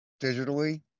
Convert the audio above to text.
digitally